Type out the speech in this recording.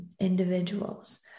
individuals